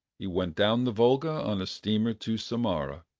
he went down the volga on a steamer to samara,